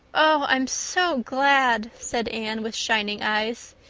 oh, i'm so glad, said anne, with shining eyes.